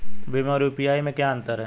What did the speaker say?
भीम और यू.पी.आई में क्या अंतर है?